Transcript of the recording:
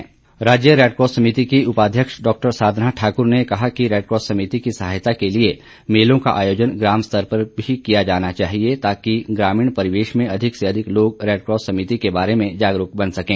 red cross राज्य Red Cross समिति की उपाध्यक्ष डॉ साधना ठाक्र ने कहा कि रेडक्रॉस समिति की सहायता के लिए मेलों का आयोजन ग्राम स्तर पर भी किया जाना चाहिए ताकि ग्रामीण परिवेश में अधिक से अधिक लोग रेडक्रॉस समिति के बारे में जागरूक बन सकें